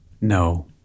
no